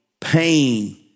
pain